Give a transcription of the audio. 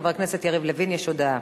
אין מתנגדים ואין נמנעים.